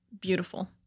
Beautiful